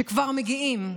שכבר מגיעים.